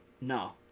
No